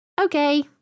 Okay